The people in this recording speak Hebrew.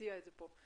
נציע את זה פה.